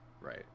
Right